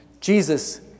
Jesus